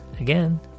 Again